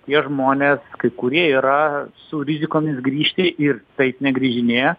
tie žmonės kai kurie yra su rizikomis grįžti ir taip negrįžinėja